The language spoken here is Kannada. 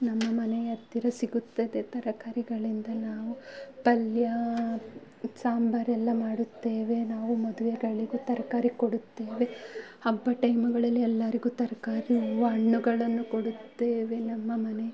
ನಮ್ಮ ಮನೆಯ ಹತ್ತಿರ ಸಿಗುತ್ತದೆ ತರಕಾರಿಗಳಿಂದ ನಾವು ಪಲ್ಯ ಸಾಂಬರೆಲ್ಲ ಮಾಡುತ್ತೇವೆ ನಾವು ಮದುವೆಗಳಿಗೂ ತರಕಾರಿ ಕೊಡುತ್ತೇವೆ ಹಬ್ಬದ ಟೈಮುಗಳಲ್ಲಿ ಎಲ್ಲರಿಗೂ ತರಕಾರಿ ಹೂವು ಹಣ್ಣುಗಳನ್ನು ಕೊಡುತ್ತೇವೆ ನಮ್ಮ ಮನೆ